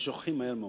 ושוכחים מהר מאוד.